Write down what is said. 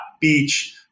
beach